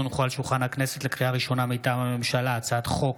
הצעת חוק